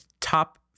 top